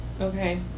Okay